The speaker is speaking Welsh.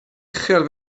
uchel